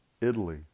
Italy